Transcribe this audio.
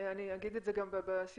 אני אגיד את זה גם בסיום,